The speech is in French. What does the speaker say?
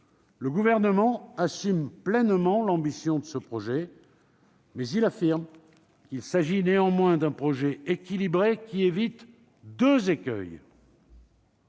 Le Gouvernement assume pleinement l'ambition de ce projet, mais il affirme qu'il s'agit d'un projet équilibré qui évite deux écueils